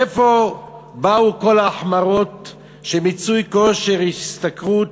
מאיפה באו כל ההחמרות שמיצוי כושר השתכרות